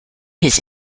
his